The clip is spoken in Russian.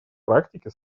практики